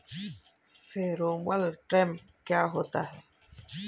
Pheromone trap क्या होता है?